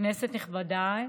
כנסת נכבדה,